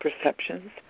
perceptions